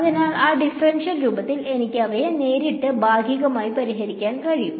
അതിനാൽ ആ ഡിഫറൻഷ്യൽ രൂപത്തിൽ എനിക്ക് അവയെ നേരിട്ട് ഭാഗികമായി പരിഹരിക്കാൻ കഴിയും